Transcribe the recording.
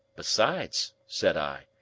besides, said i,